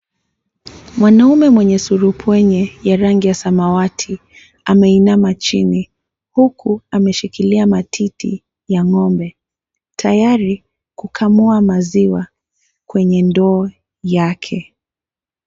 Mwanamume mwenye surupwenye ya rangi ya samawati ameinama chini. Huku ameshikilia matiti ya ng'ombe tayari kukamua maziwa kwenye ndoo yake.